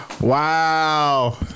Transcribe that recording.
Wow